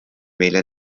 meile